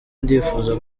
ndifuza